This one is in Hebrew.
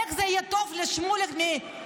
איך זה יהיה טוב לשמוליק מחדרה-גדרה,